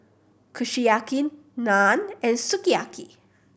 Kushiyaki Naan and Sukiyaki